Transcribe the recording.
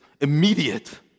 immediate